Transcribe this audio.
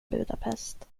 budapest